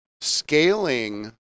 scaling